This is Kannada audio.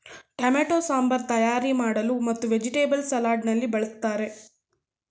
ಟೊಮೆಟೊ ಸಾಂಬಾರ್ ತಯಾರಿ ಮಾಡಲು ಮತ್ತು ವೆಜಿಟೇಬಲ್ಸ್ ಸಲಾಡ್ ನಲ್ಲಿ ಬಳ್ಸತ್ತರೆ